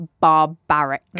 barbaric